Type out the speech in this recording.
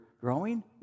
growing